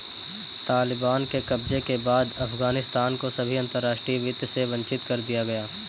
तालिबान के कब्जे के बाद अफगानिस्तान को सभी अंतरराष्ट्रीय वित्त से वंचित कर दिया गया